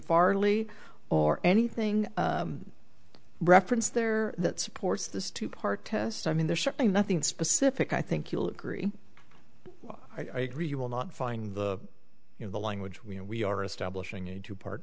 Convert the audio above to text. farley or anything referenced there that supports this two part test i mean there's certainly nothing specific i think you'll agree i agree you will not find the you know the language when we are establishing a two part